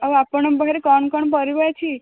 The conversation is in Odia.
ଆଉ ଆପଣଙ୍କ ପାଖରେ କଣ କଣ ପରିବା ଅଛି